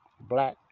black